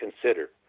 Consider